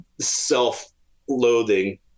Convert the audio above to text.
self-loathing